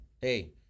hey